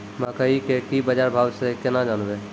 मकई के की बाजार भाव से केना जानवे?